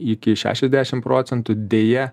iki šešiasdešim procentų deja